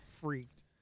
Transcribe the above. freaked